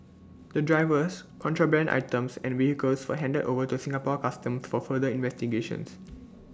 the drivers contraband items and vehicles were handed over to Singapore Customs for further investigations